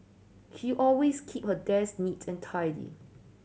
she always keep her desk neat and tidy